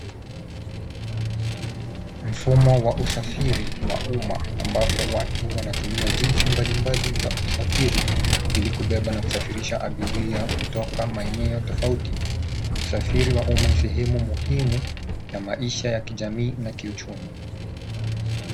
Mfumo wa usafiri wa uma ambapo watu wanatumia jinsi mbalimbali za usafiri ili kubeba na kusafirisha abiria kutoka maeneo tofauti. Usafiri wa umma ni sehemu muhimu ya maisha ya kijamii na kiuchumi.